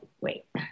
wait